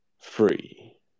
free